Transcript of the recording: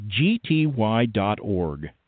gty.org